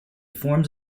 forms